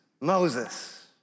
Moses